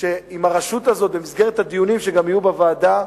שעם הרשות הזאת, במסגרת הדיונים שגם יהיו בוועדה,